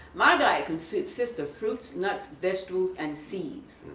my diet consists of fruits, nuts, vegetables and seeds.